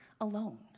alone